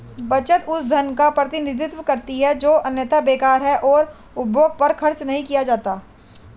बचत उस धन का प्रतिनिधित्व करती है जो अन्यथा बेकार है और उपभोग पर खर्च नहीं किया जाता है